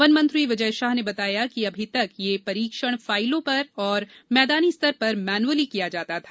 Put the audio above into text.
one मंत्री विजय शाह ने बताया कि अभी तक यह परीक्षण फाइलों पर तथा मैदानी स्तर पर मैन्युअली किया जाता था